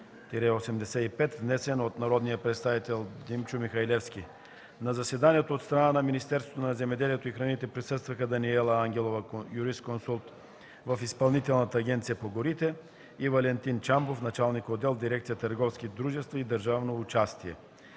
354-01-85, внесен от народния представител Димчо Михалевски. На заседанието от страна на Министерството на земеделието и храните присъстваха: Даниела Ангелова – юрисконсулт в Изпълнителната агенция по горите, и Валентин Чамбов – началник-отдел в дирекция „Търговски дружества и държавно участие”.